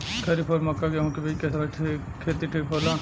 खरीफ और मक्का और गेंहू के बीच के समय खेती ठीक होला?